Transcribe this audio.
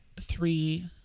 three